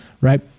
Right